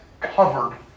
covered